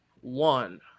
one